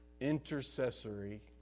intercessory